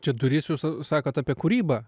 čia duris jūs sakot apie kūrybą